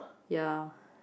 ya